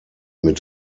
mit